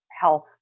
health